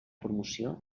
promoció